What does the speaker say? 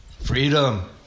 Freedom